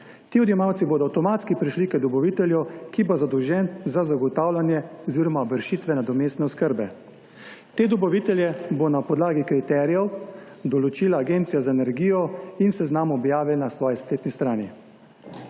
Ti odjemalci bodo avtomatsko prišli k dobavitelju, ki bo zadolžen za nadomestne oskrbe. Te dobavitelje bo na podlagi kriterijev določila Agencija za energijo in seznam objavila na svoji spletni strani.